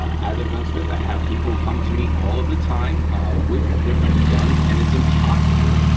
as a gunsmith, i have people come to me all of the time with different guns and it's impossible,